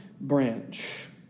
branch